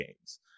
games